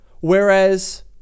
whereas